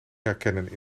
herkennen